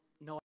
no